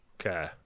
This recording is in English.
Okay